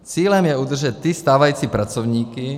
Cílem je udržet ty stávající pracovníky.